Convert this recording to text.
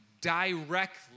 directly